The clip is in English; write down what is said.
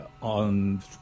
on